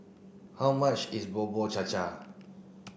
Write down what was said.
how much is Bubur Cha Cha